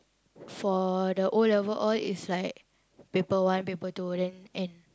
for the O-level all is like paper one paper two then end